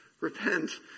repent